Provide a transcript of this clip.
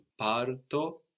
parto